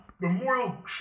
memorial